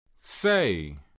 Say